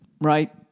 right